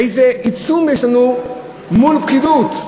איזה עיצום יש לנו מול פקידוּת?